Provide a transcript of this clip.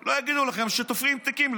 לא יגידו לכם שתופרים תיקים,